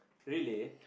really